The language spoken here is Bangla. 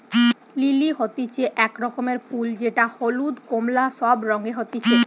লিলি হতিছে এক রকমের ফুল যেটা হলুদ, কোমলা সব রঙে হতিছে